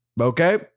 Okay